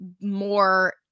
more